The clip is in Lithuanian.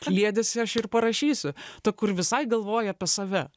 kliedesį aš ir parašysiu ta kur visai galvoja apie save